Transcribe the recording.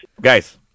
Guys